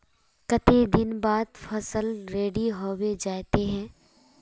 केते दिन बाद फसल रेडी होबे जयते है?